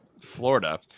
Florida